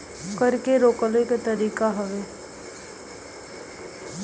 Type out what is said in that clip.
कर के रोकले क तरीका हउवे